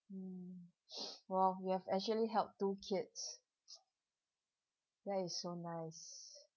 mm !wow! you have actually helped two kids that is so nice